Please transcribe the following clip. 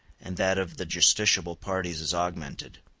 and that of the justiciable parties is augmented.